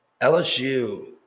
LSU